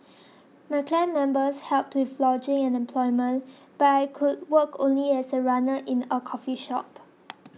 my clan members helped with lodging and employment but I could work only as a runner in a coffee shop